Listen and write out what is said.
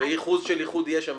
וייחוס של ייחוד יהיה שם.